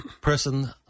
person